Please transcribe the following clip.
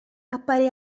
appare